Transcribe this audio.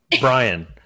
Brian